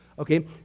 Okay